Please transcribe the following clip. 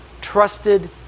trusted